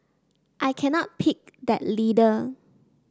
I cannot pick that leader